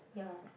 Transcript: ya